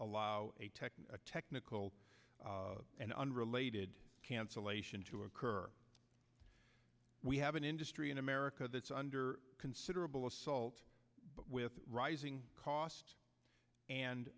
allow a tech a technical and unrelated cancellation to occur we have an industry in america that's under considerable assault with rising cost and